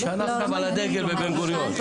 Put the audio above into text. היא שאלה גם על הדגל בבן גוריון.